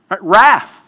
Wrath